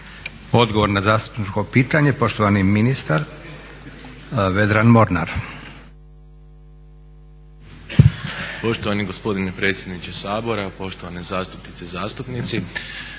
Odgovor na zastupničko pitanje, poštovani ministar Vedran Mornar. **Mornar, Vedran** Poštovani gospodine predsjedniče Sabora, poštovane zastupnice i zastupnici